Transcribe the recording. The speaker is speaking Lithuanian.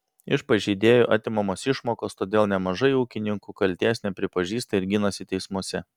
iš pažeidėjų atimamos išmokos todėl nemažai ūkininkų kaltės nepripažįsta ir ginasi teismuose